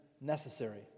necessary